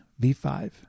V5